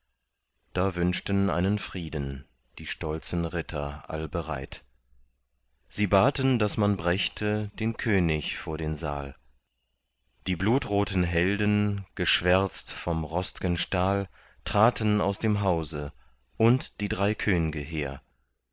da wünschten einen frieden die stolzen ritter allbereit sie baten daß man brächte den könig vor den saal die blutroten helden geschwärzt vom rostgen stahl traten aus dem hause und die drei könge hehr